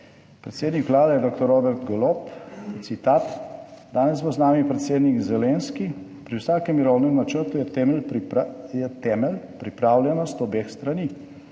predsednik vlade, dr. Robert Golob, citat: "Danes bo z nami predsednik Zelenski. Pri vsakem mirovnem načrtu je temelj, pripravljenost obeh strani.